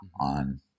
on